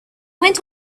went